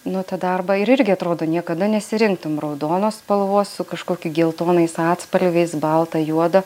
nu tą darbą ir irgi atrodo niekada nesirinktum raudonos spalvos su kažkokiu geltonais atspalviais balta juoda